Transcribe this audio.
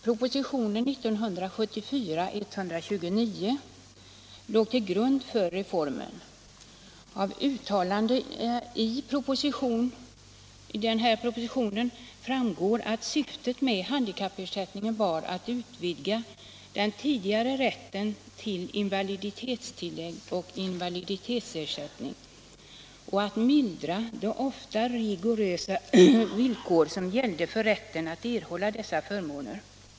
Propositionen 1974:129 låg till grund för reformen. Av uttalanden i propositionen framgår att syftet med handikappersättningen var att utvidga den tidigare rätten till invaliditetstillägg och invaliditetsersättning och att mildra de ofta rigorösa villkor som gällde för rätten att erhålla dessa förmåner.